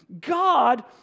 God